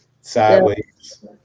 Sideways